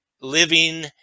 living